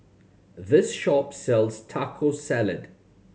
this shop sells Taco Salad